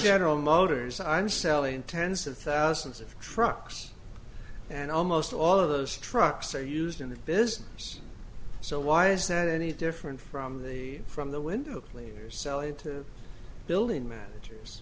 general motors i'm selling tens of thousands of trucks and almost all of those trucks are used in the business so why is that any different from the from the window players selling to building managers